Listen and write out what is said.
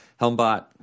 Helmbot